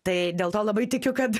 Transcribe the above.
tai dėl to labai tikiu kad